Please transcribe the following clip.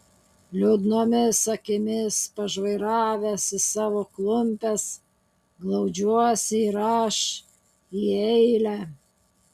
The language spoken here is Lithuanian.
liūdnomis akimis pažvairavęs į savo klumpes glaudžiuosi ir aš į eilę